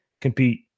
compete